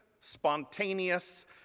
spontaneous